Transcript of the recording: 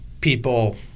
people